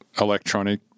electronic